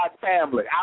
family